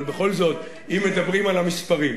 אבל בכל זאת, אם מדברים על המספרים,